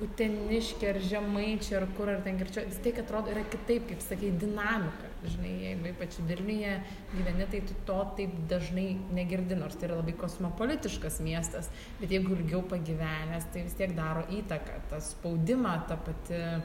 uteniškiai ar žemaičiai ar kur ar ten kirčiuo vis tiek atrodo yra kitaip kaip sakei dinamika žinai jeigu ypač vilniuje gyveni tai tu to taip dažnai negirdi nors tai yra labai kosmopolitiškas miestas bet jeigu ilgiau pagyvenęs tai vis tiek daro įtaką tą spaudimą ta pati